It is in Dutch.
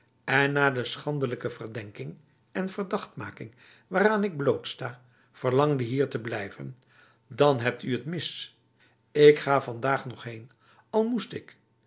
en na de schandelijke verdenking en verdachtmaking waaraan ik blootsta verlangde hier te blijven dan hebt u het mis ik ga vandaag nog heen al moest ik